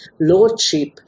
lordship